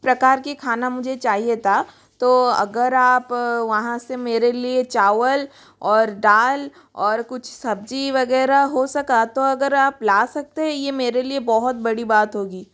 प्रकार के खाना मुझे चाहिए था तो अगर आप वहाँ से मेरे लिए चावल और डाल और कुछ सब्जी वगैरह हो सका तो अगर आप ला सकते है ये मेरे लिए बहुत बड़ी बात होगी